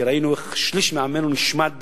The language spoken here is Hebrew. כי ראינו איך שליש מעמנו נשמד